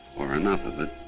or enough of it.